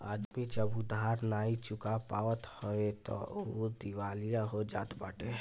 आदमी जब उधार नाइ चुका पावत हवे तअ उ दिवालिया हो जात बाटे